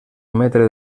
metre